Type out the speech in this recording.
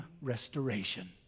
restoration